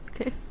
Okay